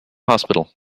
hospital